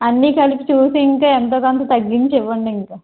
అన్నీ కలిపి చూసి ఇంకా ఎంతో కొంత తగ్గించి ఇవ్వండి ఇంక